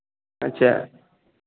अच्छा